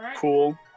Cool